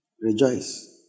Rejoice